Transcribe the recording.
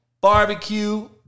barbecue